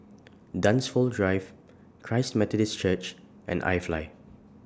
Dunsfold Drive Christ Methodist Church and IFly